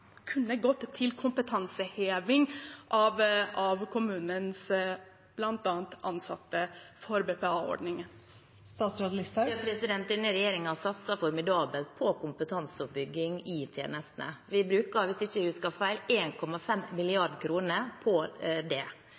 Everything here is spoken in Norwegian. kunne gått til kompetanseheving, bl.a. av kommunens ansatte, i BPA-ordningen? Denne regjeringen satser formidabelt på kompetanseoppbygging i tjenestene. Vi bruker, hvis jeg ikke husker feil, 1,5 mrd. kr på det. Jeg mener at vi også skal